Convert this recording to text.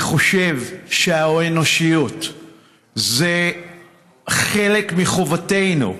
אני חושב שהאנושיות היא חלק מחובתנו.